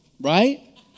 Right